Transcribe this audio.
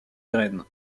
graines